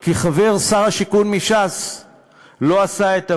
כי שר השיכון מש"ס לא עשה את עבודתו.